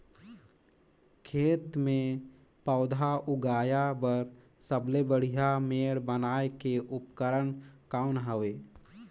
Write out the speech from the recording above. खेत मे पौधा उगाया बर सबले बढ़िया मेड़ बनाय के उपकरण कौन हवे?